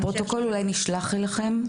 הפרוטוקול, אולי נשלח אליכם?